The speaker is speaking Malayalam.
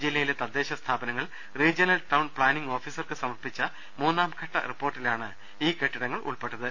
ജില്ലയിലെ തദ്ദേശസ്ഥാ പനങ്ങൾ റീജ്യണൽ ടൌൺ പ്ലാനിങ് ഓഫീസർക്ക് സമർപ്പിച്ച മൂന്നാം ഘട്ട റിപ്പോർട്ടിലാണ് ഈ കെട്ടിടങ്ങൾ ഉൾപ്പെട്ടത്